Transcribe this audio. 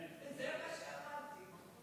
זה מה שאמרתי.